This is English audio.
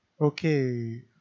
Okay